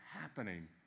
happening